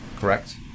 Correct